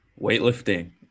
weightlifting